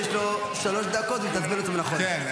יש לו שלוש דקות, הוא יתזמן אותן נכון.